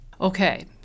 Okay